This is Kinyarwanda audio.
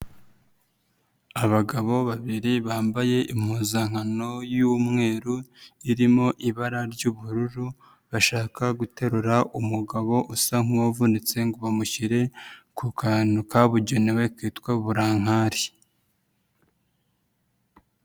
Abagabo babiri bambaye impuzankano y'umweru irimo ibara ry'ubururu bashaka guterura umugabo usa nk'uwavunitse ngo bamushyire ku kantu kabugenewe kitwa burankari.